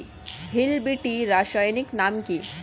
Hill বিটি রাসায়নিক নাম কি?